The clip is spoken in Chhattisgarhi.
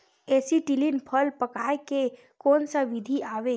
एसीटिलीन फल पकाय के कोन सा विधि आवे?